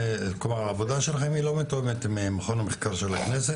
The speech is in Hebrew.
העבודה שלכם היא לא מתואמת עם מכון המחקר של הכנסת,